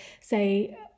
say